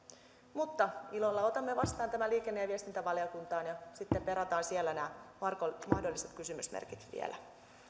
mutta ilolla otamme vastaan tämän liikenne ja viestintävaliokuntaan ja sitten perataan siellä nämä mahdolliset kysymysmerkit vielä